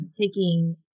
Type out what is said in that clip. taking